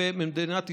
ומדינת ישראל,